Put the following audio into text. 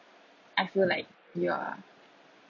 I feel like you are